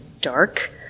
dark